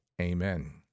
Amen